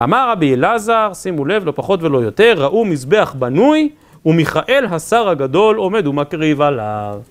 אמר רבי אלעזר, שימו לב, לא פחות ולא יותר, ראו מזבח בנוי ומיכאל השר הגדול עומד ומקריב עליו.